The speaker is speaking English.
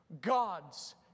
God's